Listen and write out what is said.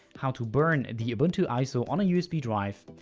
how to burn the ubuntu iso on a usb drive,